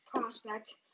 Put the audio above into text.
prospect